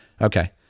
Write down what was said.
Okay